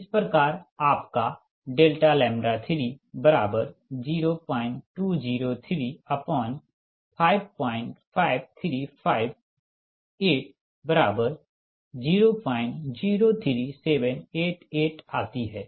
इस प्रकारआपका 020355358003788 आती हैं